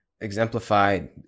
exemplified